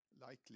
likely